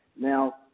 now